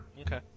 Okay